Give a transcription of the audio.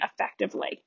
effectively